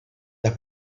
las